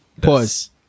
Pause